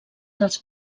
dels